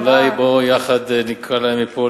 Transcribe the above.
אז אולי בואי יחד נקרא להם מפה,